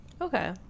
Okay